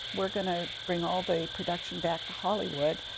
we are going to bring all the production back to hollywood,